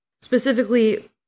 Specifically